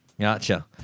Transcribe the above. Gotcha